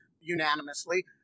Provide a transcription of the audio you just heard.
unanimously